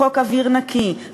חוק אוויר נקי,